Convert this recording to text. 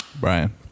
Brian